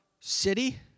city